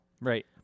Right